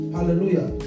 Hallelujah